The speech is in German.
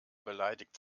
beleidigt